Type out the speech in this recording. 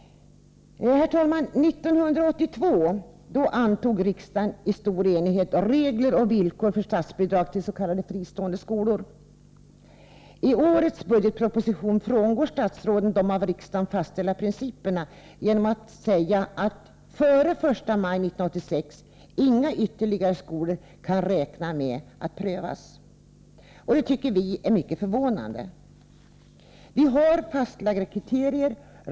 Herr talman! 1982 fastställde riksdagen i stor enighet regler och villkor för statsbidrag till s.k. fristående skolor. I årets budgetproposition frångår statsrådet de av riksdagen fastställda principerna genom att uttala att före den 1 maj 1986 inga ytterligare skolor kan räkna med att prövas. Det tycker vi är mycket förvånande. Kriterierna är fastlagda.